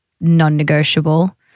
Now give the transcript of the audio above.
non-negotiable